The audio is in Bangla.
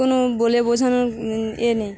কোনো বলে বোঝানোর এ নেই